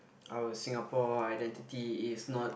our Singapore identity is not